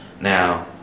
Now